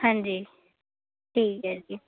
ਹਾਂਜੀ ਠੀਕ ਹੈ ਜੀ